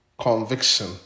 conviction